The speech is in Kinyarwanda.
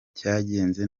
cyagenze